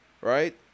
Right